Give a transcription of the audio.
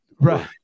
Right